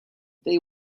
they